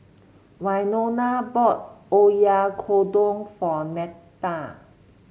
Winona bought Oyakodon for Netta